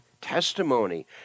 testimony